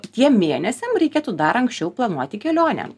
tiem mėnesiam reikėtų dar anksčiau planuoti kelionę